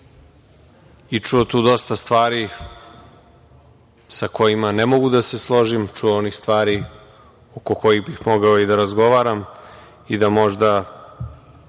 i čuo tu dosta stvari sa kojima ne mogu da se složim, čuo onih stvari oko kojih bih mogao i da razgovaram i da možda